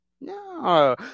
No